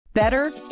Better